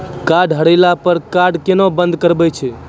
Card हेरैला पर card केना बंद करबै छै?